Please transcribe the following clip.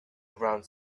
around